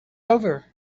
over